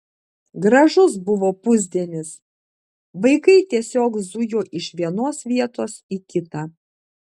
gražus buvo pusdienis vaikai tiesiog zujo iš vienos vietos į kitą